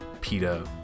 PETA